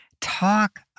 talk